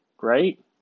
right